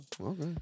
Okay